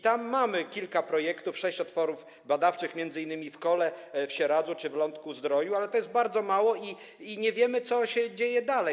Tam mamy kilka projektów, sześć otworów badawczych, m.in. w Kole, Sieradzu czy w Lądku Zdroju, ale to jest bardzo mało i nie wiemy, co dzieje się dalej.